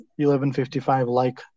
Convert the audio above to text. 1155-like